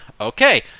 Okay